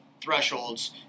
thresholds